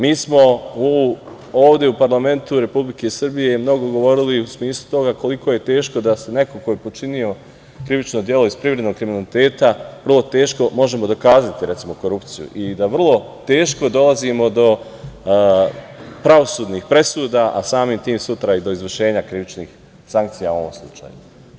Mi smo ovde u parlamentu Republike Srbije mnogo govorili u smislu toga koliko je teško da se neko ko je počinio krivično delo iz privrednog kriminaliteta vrlo teško možemo dokazati, recimo, korupciju i da vrlo teško dolazimo do pravosudnih presuda, a samim tim sutra i do izvršenja krivičnih sankcija u ovom slučaju.